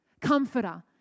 comforter